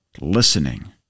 listening